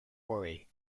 worry